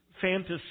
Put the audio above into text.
fantasy